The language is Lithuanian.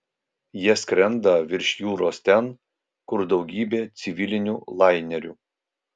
jie skrenda virš jūros ten kur daugybė civilinių lainerių